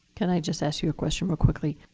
can i just ask you a question real quickly?